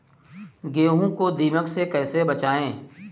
गेहूँ को दीमक से कैसे बचाएँ?